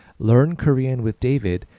learnkoreanwithdavid